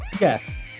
yes